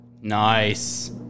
Nice